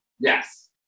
Yes